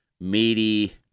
meaty